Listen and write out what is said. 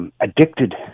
Addicted